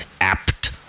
apt